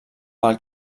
pel